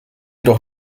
doch